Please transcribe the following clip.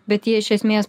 bet jie iš esmės